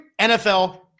NFL